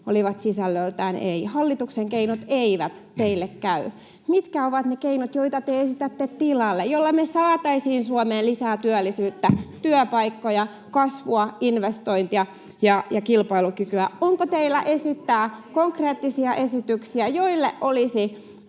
olivat sisällöltään ”ei”. Hallituksen keinot eivät teille käy. Mitkä ovat ne keinot, joita te esitätte tilalle, joilla me saataisiin Suomeen lisää työllisyyttä, työpaikkoja, kasvua, investointeja ja kilpailukykyä? [Suna Kymäläinen: Onko teidän kuulossa